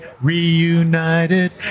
reunited